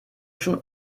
schon